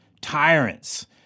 tyrants